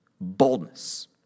Boldness